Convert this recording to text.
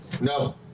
No